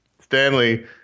Stanley